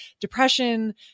depression